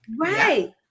Right